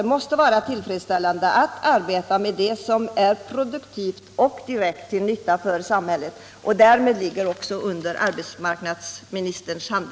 Det måste vara tillfredsställande att arbeta med något som är produktivt och som blir till direkt nytta för